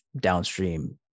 downstream